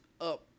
up